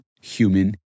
human